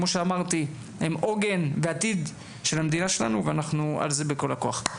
כמו שאמרתי: הם העוגן והעתיד של המדינה שלנו ואנחנו על זה בכל הכוח.